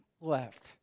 left